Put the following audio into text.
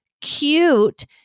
cute